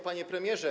Panie Premierze!